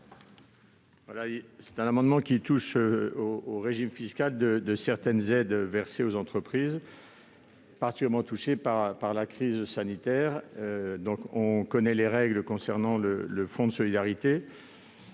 Cet amendement a trait au régime fiscal de certaines aides versées aux entreprises particulièrement touchées par la crise sanitaire. Nous connaissons les règles applicables au fonds de solidarité.